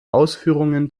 ausführungen